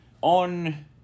on